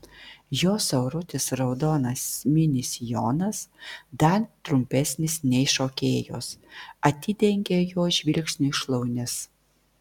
jos siaurutis raudonas mini sijonas dar trumpesnis nei šokėjos atidengia jo žvilgsniui šlaunis